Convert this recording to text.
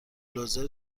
لوزر